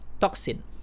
toxin